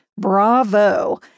bravo